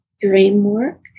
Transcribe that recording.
framework